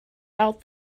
out